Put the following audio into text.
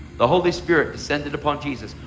the holy spirit descended upon jesus.